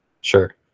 Sure